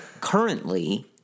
currently